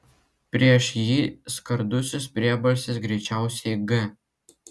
prieš jį skardusis priebalsis greičiausiai g